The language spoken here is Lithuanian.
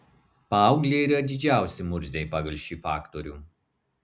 paaugliai yra didžiausi murziai pagal šį faktorių